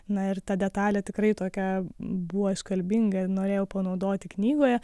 na ir ta detalė tikrai tokia buvo iškalbinga ir norėjau panaudoti knygoje